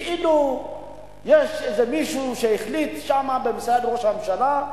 כאילו יש איזה מישהו שהחליט שם במשרד ראש הממשלה,